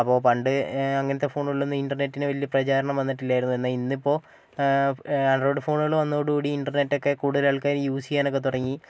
അപ്പോൾ പണ്ട് അങ്ങനത്തെ ഫോണുകളിലൊന്നും ഇന്റർനെറ്റിന് വലിയ പ്രചാരണം വന്നിട്ടില്ലായിരുന്നു എന്നാൽ ഇന്നിപ്പോൾ ആൻഡ്രോയ്ഡ് ഫോണുകൾ വന്നതോടു കൂടി ഇന്റർനെറ്റൊക്കെ കൂടുതൽ ആൾക്കാരും യൂസ് ചെയ്യാനൊക്കെ തുടങ്ങി